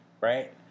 right